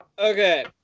Okay